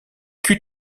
culs